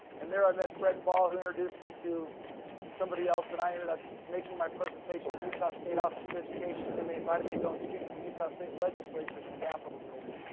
and there, i met fred ball who introduced me to somebody else and i ended up making my presentation of the utah state office of education, and then they invited me to go and speak to the utah state legislature the capitol building.